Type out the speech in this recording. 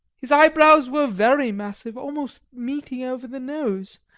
his eyebrows were very massive, almost meeting over the nose,